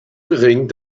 gering